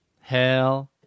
Hell